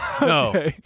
No